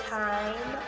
time